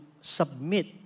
submit